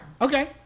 Okay